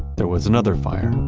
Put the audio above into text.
there was another fire.